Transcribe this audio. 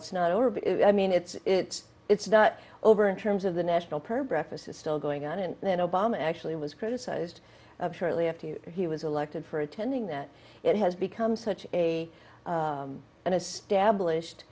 it's not over but i mean it's it's it's not over in terms of the national per breakfast is still going on and then obama actually was criticized shortly after he was elected for attending that it has become such a an established